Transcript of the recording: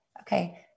okay